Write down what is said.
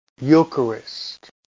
Eucharist